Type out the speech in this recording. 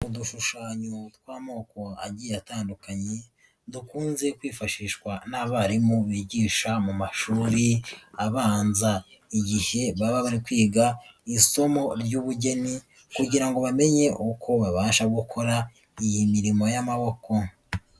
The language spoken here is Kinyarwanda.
Udushushanyo tw'amoko agiye atandukanye, dukunze kwifashishwa n'abarimu bigisha mu mashuri abanza igihe baba bari kwiga isomo ry'ubugeni kugira ngo bamenye uko babasha gukora iyi mirimo y'amaboko.